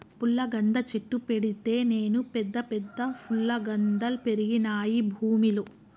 పుల్లగంద చెట్టు పెడితే నేను పెద్ద పెద్ద ఫుల్లగందల్ పెరిగినాయి భూమిలో